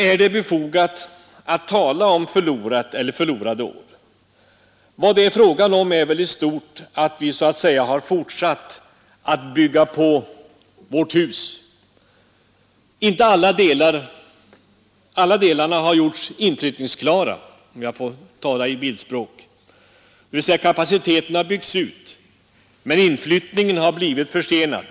Är det befogat att tala om förlorat eller förlorade år? Vad det är fråga om är väl i stort att vi så att säga har fortsatt att bygga på vårt hus. Alla delarna har gjorts inflyttningsklara, om jag får tala i bildspråk. Kapaciteten har byggts ut, men inflyttningen har blivit försenad.